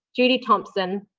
judy thompson,